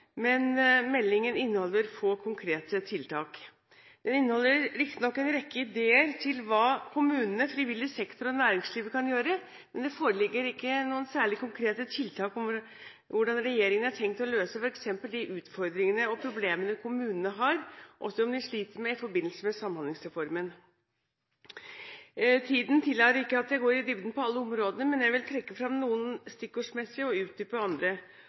men meldingen inneholder få konkrete tiltak. Den inneholder riktignok en rekke ideer til hva kommunene, frivillig sektor og næringslivet kan gjøre, men det foreligger ingen særlig konkrete tiltak om hvordan regjeringen har tenkt å løse f.eks. de utfordringene og problemene kommunene har, og som de sliter med, i forbindelse med Samhandlingsreformen. Tiden tillater ikke at jeg går i dybden på alle områdene, men jeg vil trekke fram noen områder stikkordsmessig og utdype andre,